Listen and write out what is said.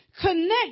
connect